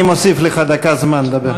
אני מוסיף לך דקה זמן לדבר.